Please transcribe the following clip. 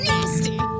Nasty